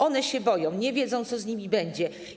One się boją, nie wiedzą, co z nimi będzie.